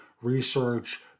research